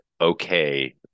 okay